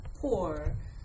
Poor